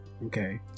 Okay